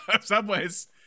subways